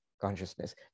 consciousness